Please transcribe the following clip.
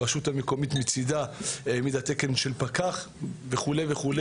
הרשות המקומית מצידה העמידה תקן של פקח וכו'.